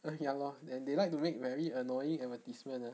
uh ya lor then they like to make very annoying advertisement ah